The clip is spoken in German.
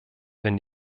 wenn